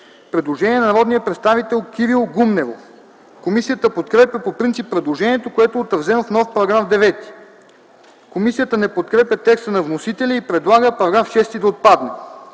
Предложение на народния представител Кирил Гумнеров. Комисията подкрепя по принцип предложението, което е отразено в нов § 9 (чл. 22б, ал. 10). Комисията не подкрепя текста на вносителя и предлага § 6 да отпадне.